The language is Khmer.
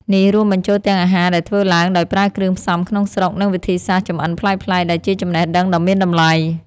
នេះរួមបញ្ចូលទាំងអាហារដែលធ្វើឡើងដោយប្រើគ្រឿងផ្សំក្នុងស្រុក និងវិធីសាស្រ្តចម្អិនប្លែកៗ ដែលជាចំណេះដឹងដ៏មានតម្លៃ។